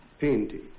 painting